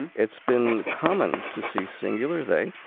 and it's been common to see singular thing.